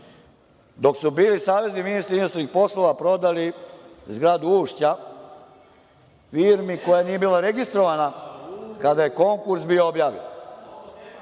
dok su bili savezni ministri inostranih poslova prodali zgradu „Ušća“ firmi koja nije bila registrovana kada je konkurs bio objavljen.